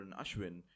Ashwin